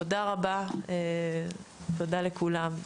תודה רבה, תודה לכולם.